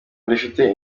rifite